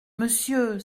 monsieur